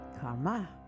karma